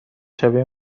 شبیه